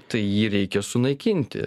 tai jį reikia sunaikinti